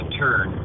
turn